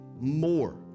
more